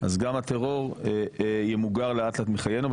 אז גם הטרור ימוגר לאט לאט מחיינו,